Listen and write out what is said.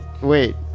Wait